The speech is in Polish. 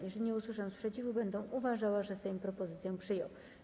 Jeżeli nie usłyszę sprzeciwu, będę uważała, że Sejm propozycję przyjął.